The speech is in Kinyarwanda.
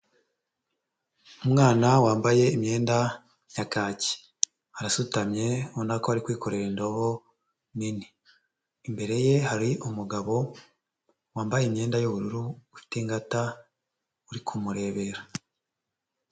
Umwana wambaye imyenda ya kaki. Arasutamye ubona ko ari kwikorera indobo nini, imbere ye hari umugabo wambaye imyenda y'ubururu, ufite ingata uri kumurebera.